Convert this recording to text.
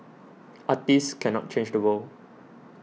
artists cannot change the world